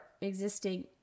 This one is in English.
existing